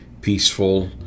peaceful